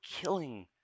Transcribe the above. killing